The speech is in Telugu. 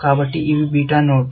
కాబట్టి ఇవి బీటా నోడ్స్